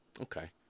okay